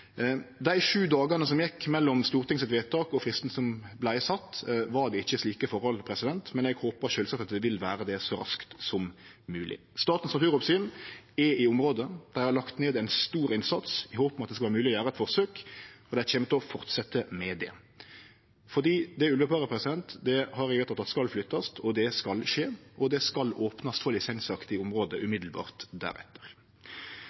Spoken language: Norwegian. Dei sju dagane som gjekk mellom Stortinget sitt vedtak og fristen som vart sett, var det ikkje slike forhold, men eg håpar sjølvsagt at det vil vere det så raskt som mogleg. Statens naturoppsyn er i området. Dei har lagt ned ein stor innsats i håp om at det skal vere mogleg å gjere eit forsøk, og dei kjem til å fortsetje med det. Det ulveparet har eg vedteke at skal flyttast. Det skal skje, og det skal opnast for